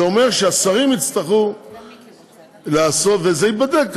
זה אומר שהשרים יצטרכו לעשות, וזה ייבדק.